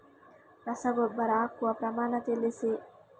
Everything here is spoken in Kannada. ರಸಗೊಬ್ಬರ ಹಾಕುವ ಪ್ರಮಾಣ ತಿಳಿಸಿ